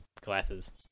glasses